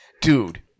dude